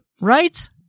Right